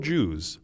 Jews